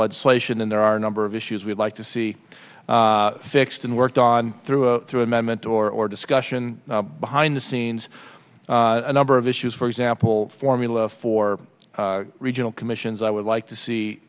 legislation and there are a number of issues we'd like to see fixed and worked on through a through amendment or discussion behind the scenes a number of issues for example formula for regional commissions i would like to see